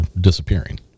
disappearing